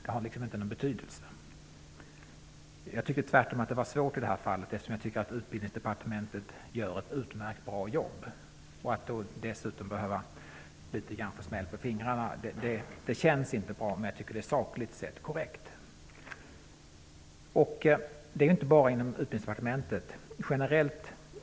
Det har ingen betydelse. Jag tycker att det var svårt i det här fallet, eftersom Utbildningsdepartementet gör ett utmärkt bra jobb. Det känns inte bra att det får smäll på fingrarna, men jag tycker att det sakligt sett är korrekt. Detta sker inte bara inom Utbildningsdepartementet.